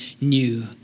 new